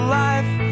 life